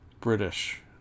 british